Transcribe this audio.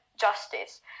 justice